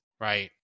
right